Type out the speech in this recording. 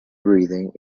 breathing